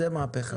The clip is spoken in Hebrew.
זאת מהפכה.